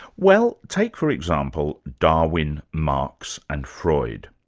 well, take for example, darwin, marx and freud.